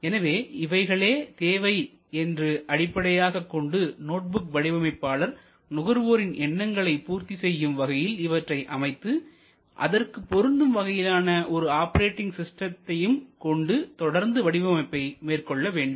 எனவே இவைகளே தேவை என்று அடிப்படையாகக் கொண்டு நோட்புக் வடிவமைப்பாளர் நுகர்வோரின் எண்ணங்களை பூர்த்தி செய்யும் வகையில் இவற்றை அமைத்து அதற்கு பொருந்தும் வகையிலான ஒரு ஆப்ரேட்டிங் சிஸ்டத்தையும் கொண்டு தொடர்ந்து வடிவமைப்பை மேற்கொள்ள வேண்டும்